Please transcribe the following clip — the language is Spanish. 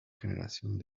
generación